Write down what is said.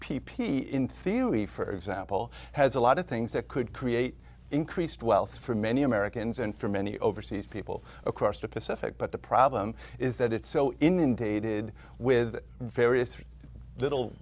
theory for example has a lot of things that could create increased wealth for many americans and for many overseas people across the pacific but the problem is that it's so inundated with various little